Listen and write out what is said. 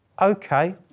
okay